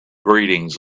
greetings